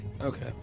Okay